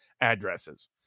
addresses